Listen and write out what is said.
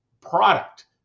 product